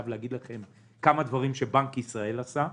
להגיד לכם כמה דברים שבנק ישראל עשה: